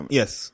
yes